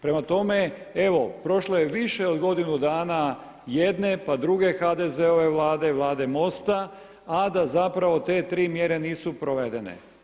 Prema tome, evo prošlo je više od godinu dana jedne, pa druge HDZ-ove Vlade, Vlade MOST-a, a da zapravo te tri mjere nisu provedene.